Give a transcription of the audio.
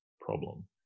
problem